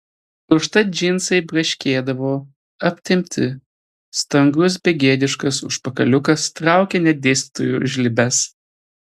užtat džinsai braškėdavo aptempti stangrus begėdiškas užpakaliukas traukė net dėstytojų žlibes